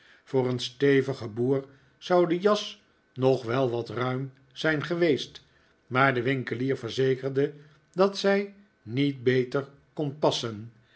voor een stevigen boer zou de jas nog wel wat ruim zijn geweest maar de winkelier verzekerde dat zij niet beter kon passen